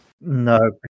no